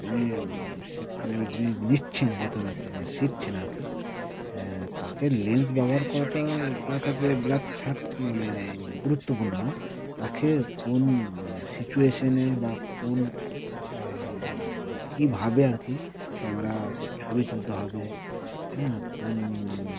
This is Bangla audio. যিনি শিক্ষা নেবে যিনি নিচ্ছেন শিখছেন আর কি তাকে লেন্স ব্যবহার করাটা তার কাছে বিরাট ফ্যাক্ট মানে গুরুত্বপূর্ণ নয় তাকে কোন সিচুয়েশনে বা কোন অ্যা মানে কীভাবে আর কি ক্যামেরা ছবি তুলতে হবে হ্যাঁ কোন